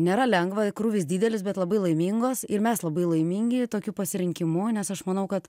nėra lengva krūvis didelis bet labai laimingos ir mes labai laimingi tokiu pasirinkimu nes aš manau kad